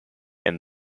and